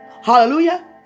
Hallelujah